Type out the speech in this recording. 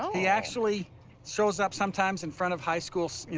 ah he actually shows up sometimes in front of high schools,